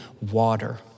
water